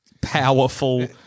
powerful